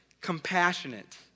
compassionate